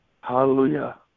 Hallelujah